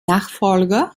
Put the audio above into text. nachfolger